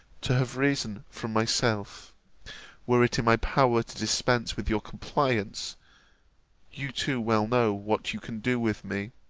to have risen from myself were it in my power to dispense with your compliance you too well know what you can do with me.